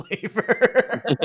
flavor